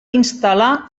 instal·lar